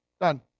Done